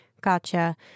Gotcha